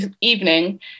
evening